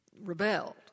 rebelled